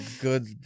good